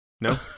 No